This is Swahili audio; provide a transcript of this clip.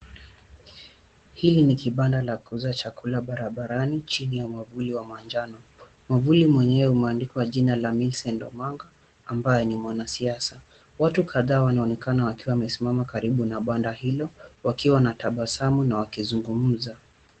Hili ni kibanda la kuuza chakula barabarani chini ya mwavuli wa manjano. Mwavuli mwenyewe umeandikwa jina la Millicent Omanga amabaye ni mwanasiasa. Watu kadhaa wanaonekana wakiwa wamesimama karibu na banda hilo wakiwa wanatabasamu na wakizungumza.